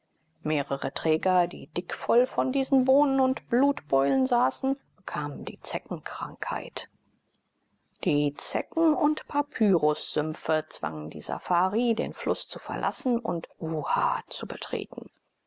mehrere träger die dickvoll von diesen bohnen und blutbeulen saßen bekamen die zeckenkrankheit die zecken und papyrussümpfe zwangen die safari den fluß zu verlassen und uha zu betreten